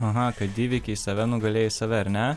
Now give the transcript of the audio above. aha kad įveikei save nugalėjai save ar ne